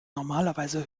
normalerweise